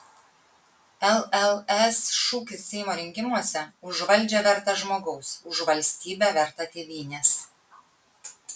lls šūkis seimo rinkimuose už valdžią vertą žmogaus už valstybę vertą tėvynės